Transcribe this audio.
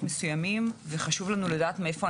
הן הרמטיות ואפשר לבצע אותן על כולם,